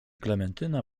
klementyna